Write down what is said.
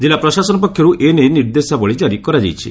ଜିଲ୍ଲା ପ୍ରଶାସନ ପକ୍ଷରୁ ଏ ନେଇ ନିର୍ଦ୍ଦେଶାବଳୀ ଜାରି କରାଯାଇଛି